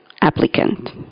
applicant